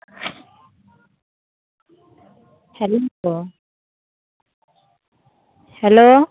hello hello